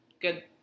good